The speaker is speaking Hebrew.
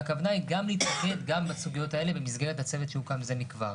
והכוונה היא גם להתמקד בסוגיות האלה במסגרת הצוות שהוקם זה מכבר.